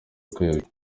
rwego